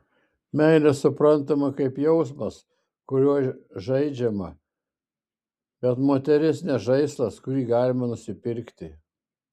meilė suprantama kaip jausmas kuriuo žaidžiama bet moteris ne žaislas kurį galima nusipirkti